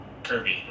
Kirby